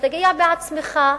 שתגיע בעצמך.